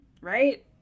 Right